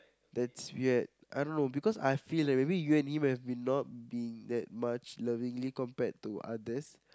that's weird I don't know because I feel that maybe you and him have been not been that much lovingly compared to others